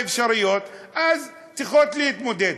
אז הם צריכים להתמודד.